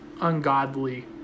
ungodly